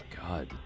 God